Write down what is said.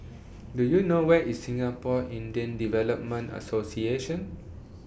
Do YOU know Where IS Singapore Indian Development Association